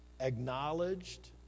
acknowledged